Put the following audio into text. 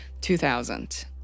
2000